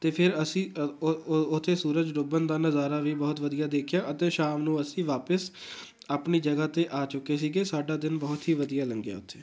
ਅਤੇ ਫਿਰ ਅਸੀਂ ਉੱਥੇ ਸੂਰਜ ਡੁੱਬਣ ਦਾ ਨਜ਼ਾਰਾ ਵੀ ਬਹੁਤ ਵਧੀਆ ਦੇਖਿਆ ਅਤੇ ਸ਼ਾਮ ਨੂੰ ਅਸੀਂ ਵਾਪਸ ਆਪਣੀ ਜਗ੍ਹਾ 'ਤੇ ਆ ਚੁੱਕੇ ਸੀਗੇ ਸਾਡਾ ਦਿਨ ਬਹੁਤ ਹੀ ਵਧੀਆ ਲੰਘਿਆ ਉੱਥੇ